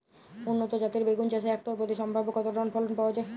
উন্নত জাতের বেগুন চাষে হেক্টর প্রতি সম্ভাব্য কত টন ফলন পাওয়া যায়?